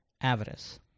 avarice